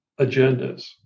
agendas